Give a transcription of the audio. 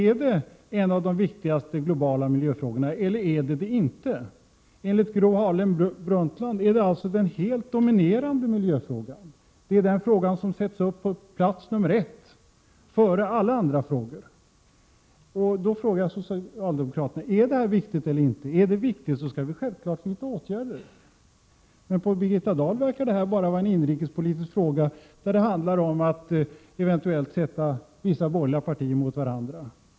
Är det en av de viktigaste globala miljöfrågorna eller inte? Enligt Gro Harlem Brundtland är det den helt dominerande miljöfrågan. Det är den frågan som sätts upp på plats nr 1 före alla andra frågor. Jag frågar socialdemokraterna: Är denna fråga viktig eller inte? Om den är viktig skall vi självfallet vidta åtgärder. För Birgitta Dahl verkar denna fråga bara vara en inrikespolitisk fråga, där det handlar om att eventuellt ställa borgerliga partier mot varandra.